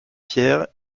pierre